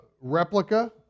replica